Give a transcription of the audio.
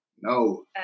No